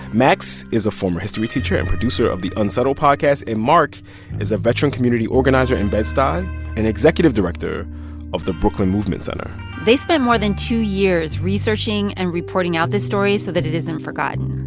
max is a former history teacher and producer of the unsettled podcast, and mark is a veteran community organizer in bed-stuy and executive director of the brooklyn movement center they spent more than two years researching and reporting out this story so that it isn't forgotten.